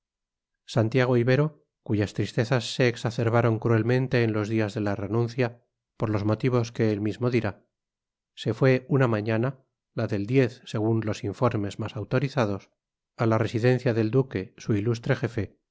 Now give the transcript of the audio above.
santiago ibero cuyas tristezas se exacerbaron cruelmente en los días de la renuncia por los motivos que él mismo dirá se fue una mañana la del según los informes más autorizados a la residencia del duque su ilustre jefe